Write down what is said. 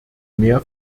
mehr